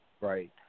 right